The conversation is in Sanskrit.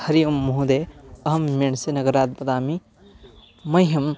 हरिः ओम् महोदय अहं मेणसे नगरात् वदामि मह्यम्